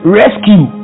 rescue